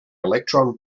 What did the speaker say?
electron